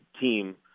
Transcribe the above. team